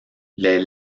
les